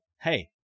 hey